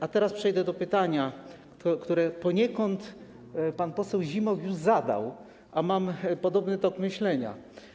A teraz przejdę do pytania, które poniekąd pan poseł Zimoch już zadał, a mam podobny tok myślenia.